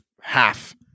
half